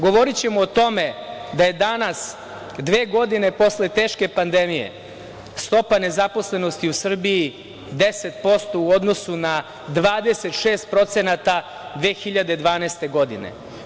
Govorićemo o tome da je danas, dve godine posle teške pandemije, stopa nezaposlenosti u Srbiji 10%, u odnosu na 26% 2012. godine.